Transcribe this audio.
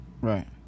Right